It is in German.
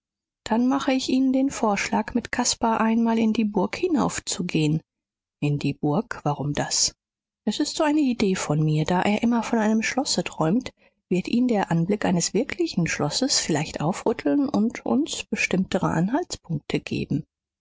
dann mache ich ihnen den vorschlag mit caspar einmal in die burg hinaufzugehen in die burg warum das es ist so eine idee von mir da er immer von einem schlosse träumt wird ihn der anblick eines wirklichen schlosses vielleicht aufrütteln und uns bestimmtere anhaltspunkte geben